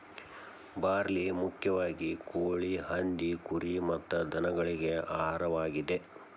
barley ಮುಖ್ಯವಾಗಿ ಕೋಳಿ, ಹಂದಿ, ಕುರಿ ಮತ್ತ ದನಗಳಿಗೆ ಆಹಾರವಾಗಿದೆ